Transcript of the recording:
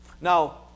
now